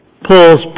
Paul's